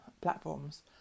platforms